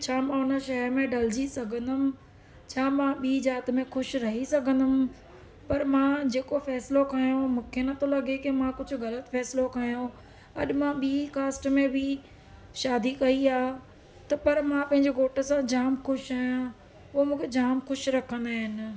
छा मां उन शइ में ढलिजी सघंदमि छा मां ॿी जाति में ख़ुशि रही सघंदमि पर मां जेको फ़ैसिलो खयों मूंखे न थो लॻे कि मां कुझु ग़लति फ़ैसिलो खयों अॼु मां ॿी कास्ट में बि शादी कई आहे त पर मां पंहिंजे घोट सां जामु ख़ुशि आहियां उहो मूंखे जामु ख़ुशि रखंदा आहिनि